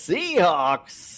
Seahawks